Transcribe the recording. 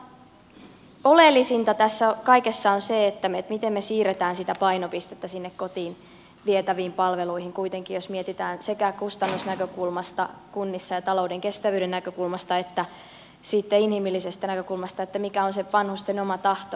oikeastaan oleellisinta tässä kaikessa on se miten me siirrämme sitä painopistettä sinne kotiin vietäviin palveluihin jos kuitenkin sitä mietitään sekä kustannusnäkökulmasta kunnissa talouden kestävyyden näkökulmasta että siitä inhimillisestä näkökulmasta mikä on se vanhusten oma tahto